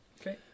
Okay